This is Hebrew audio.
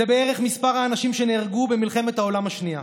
זה בערך מספר האנשים שנהרגו במלחמת העולם השנייה.